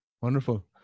Wonderful